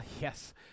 yes